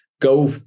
go